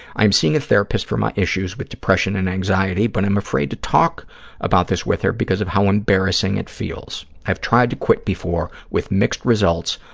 i am seeing a therapist for my issues with depression and anxiety, but i'm afraid to talk about this with her because of how embarrassing it feels. i've tried to quit before with mixed results,